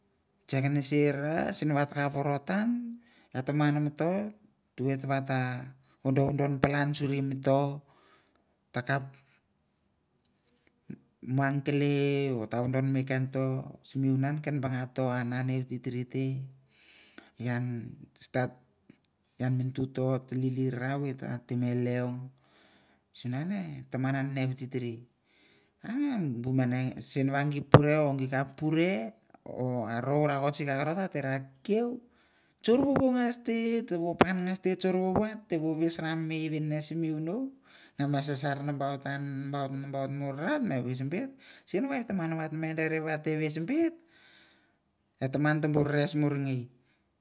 Check nehsi ra shin takap worotan eh tamat mito tuvet wata wodowodon palan shuri mito takap moang kelei or tawodon me ken to simunana ken banga to an nanei wititir ian start ian minutu to tilili ravit an te me lieng ou simunan eh taman oah nen uititir ai ian bumene shen wah gipure or gikap pure or arow rakat sika korat ate rah quie churwuwu ngaste towo pan ngaste churwowo ate wo whis ranmei vine simi wunoh am ma sharshar nambaut an nambaut nambaut morah me whis bit shin wah en taman wah me deri wahte whis bit eh taman tubur whis murngei